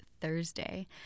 Thursday